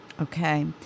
Okay